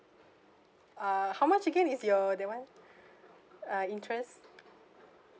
ah how much again is your that one ah interest